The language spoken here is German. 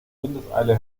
windeseile